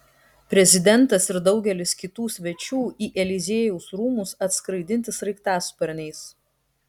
prezidentas ir daugelis kitų svečių į eliziejaus rūmus atskraidinti sraigtasparniais